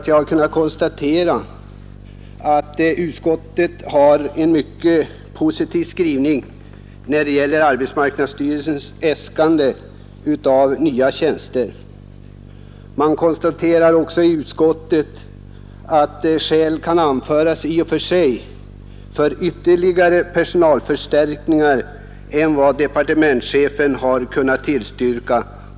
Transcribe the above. Jag har kunnat konstatera att utskottet har en mycket positiv skrivning när det gäller arbetsmarknadsstyrelsens äskanden om nya tjänster. Utskottet konstaterar också att skäl kan anföras i och för sig för ytterligare personalförstärkningar utöver de 100 nya tjänster som departementschefen har kunnat tillstyrka.